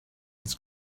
his